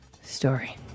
story